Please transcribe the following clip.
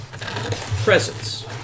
presents